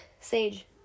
sage